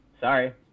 Sorry